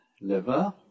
liver